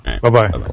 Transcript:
Bye-bye